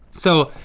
so,